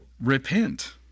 Repent